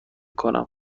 کنم